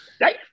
Right